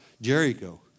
Jericho